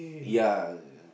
ya